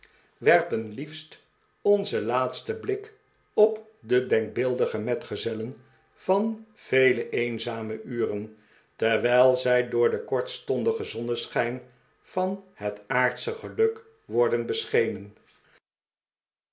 onzen laatsteri blik op de denkbeeldige metgezellen van vele eenzame uren terwijl zij door den kortstondigen zonneschijn van net aardsche geluk worden beschenen